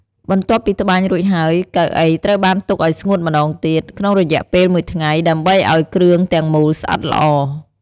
បន្ទាប់ពីត្បាញរួចហើយ កៅអីត្រូវបានទុកឲ្យស្ងួតម្តងទៀត ក្នុងរយៈពេលមួយថ្ងៃដើម្បីឲ្យគ្រឿងទាំងមូលស្អិតល្អ។